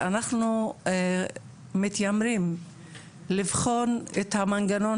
ואנחנו מתיימרים לבחון את המנגנון